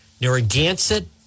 Narragansett